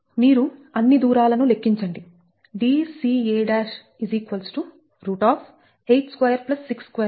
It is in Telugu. మీరు అన్ని దూరాలను లెక్కించండి